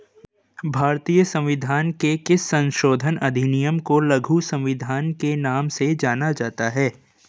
भारतीय संविधान के किस संशोधन अधिनियम को लघु संविधान के नाम से जाना जाता है?